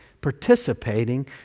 participating